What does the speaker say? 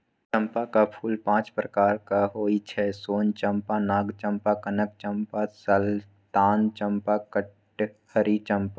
चंपाक फूल पांच प्रकारक होइ छै सोन चंपा, नाग चंपा, कनक चंपा, सुल्तान चंपा, कटहरी चंपा